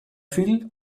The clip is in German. fiel